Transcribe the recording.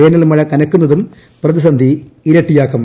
വേനൽമഴ വൈകുന്നതും പ്രത്യിസ്സന്ധി ഇരട്ടിയാക്കും